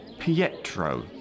Pietro